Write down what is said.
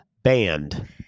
Banned